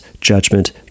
judgment